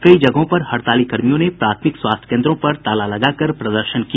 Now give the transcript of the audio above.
कई जगहों पर हड़ताली कर्मियों ने प्राथमिक स्वास्थ्य केन्द्रों पर ताला लगाकर प्रदर्शन किया